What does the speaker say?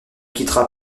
quittera